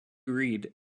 reed